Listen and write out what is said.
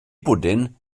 bwdin